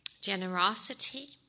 generosity